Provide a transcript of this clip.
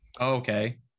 Okay